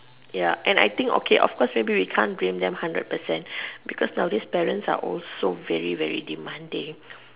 ya and I think okay maybe we can't hundred per cent blame them because parents nowadays are very very demanding